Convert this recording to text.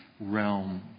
realm